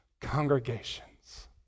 congregations